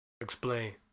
explain